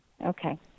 Okay